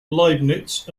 leibniz